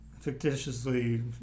fictitiously